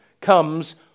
comes